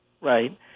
right